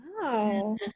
Wow